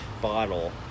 bottle